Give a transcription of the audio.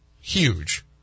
huge